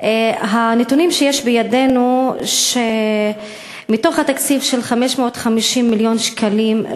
הנתונים שיש בידינו הם שמתוך תקציב של 550 מיליון שקלים,